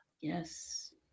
yes